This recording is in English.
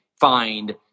find